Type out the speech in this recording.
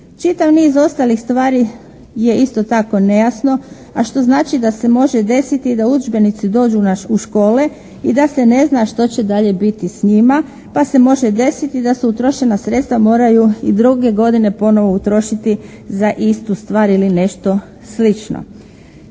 Čitav niz ostalih stvari je isto tako nejasno, a što znači da se može desiti da udžbenici dođu u škole i da se ne zna što će dalje biti s njima pa se može desiti da su utrošena sredstva moraju i druge godine ponovno utrošiti za istu stvar ili nešto slično.